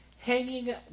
hanging